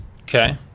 okay